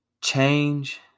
Change